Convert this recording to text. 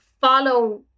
follow